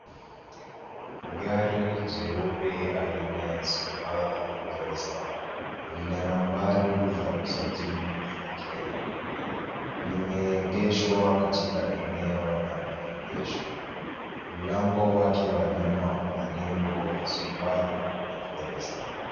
Gari jeupe aina ya Subaru Forester lina nambari za usajili za Kenya. Limeegeshwa katika eneo la maegesho. Mlango wake wa nyuma una nembo ya Subaru na Forester.